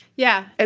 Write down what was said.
yeah. ah